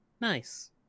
nice